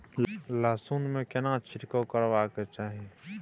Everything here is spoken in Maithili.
लहसुन में केना छिरकाव करबा के चाही?